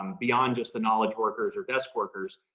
um beyond just the knowledge workers or desk workers,